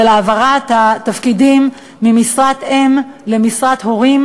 של העברת התפקידים ממשרת אם למשרת הורים,